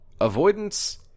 Avoidance